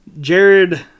Jared